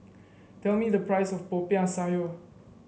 tell me the price of Popiah Sayur